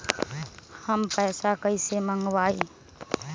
हम पैसा कईसे मंगवाई?